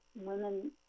women